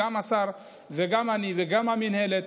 גם השר וגם אני וגם המינהלת,